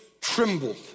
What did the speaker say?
trembled